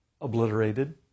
Obliterated